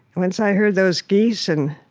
once i heard those geese and